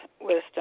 wisdom